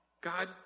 God